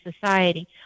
society